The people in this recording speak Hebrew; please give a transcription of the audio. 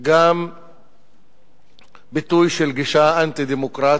גם ביטוי של גישה אנטי-דמוקרטית,